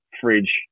fridge